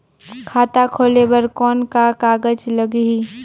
खाता खोले बर कौन का कागज लगही?